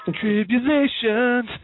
Tribulations